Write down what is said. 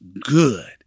good